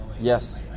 Yes